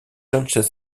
sánchez